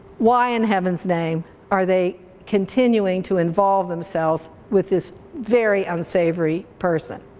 why in heaven's name are they continuing to involve themselves with this very unsavory person.